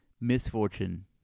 misfortune